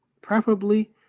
Preferably